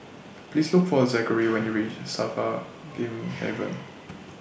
Please Look For Zackary when YOU REACH SAFRA Game Haven